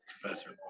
Professor